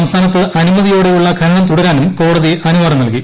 സംസ്ഥാനത്ത് അനുമതിയോടെയുള്ള ഖനനം തുടരാനും കോടതി അനുവാദം നൽകി